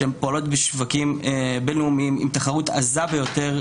שפועלות בשווקים בין לאומיים עם תחרות עזה ביותר,